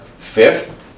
Fifth